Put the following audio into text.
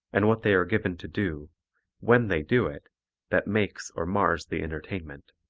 and what they are given to do when they do it that makes or mars the entertainment.